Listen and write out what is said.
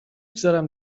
گذارم